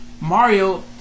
Mario